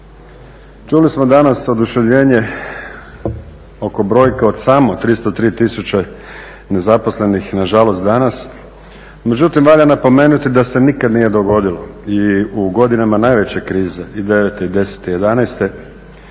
Čuli smo danas oduševljenje oko brojke od samo 303 tisuće nezaposlenih, nažalost danas, međutim valja napomenuti da se nikad nije dogodilo, i u godinama najveće krize, 2009., 2010., 2011.